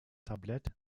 tablet